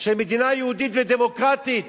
של מדינה יהודית ודמוקרטית.